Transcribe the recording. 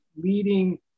leading –